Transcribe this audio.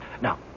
Now